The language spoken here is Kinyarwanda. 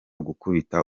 gukubita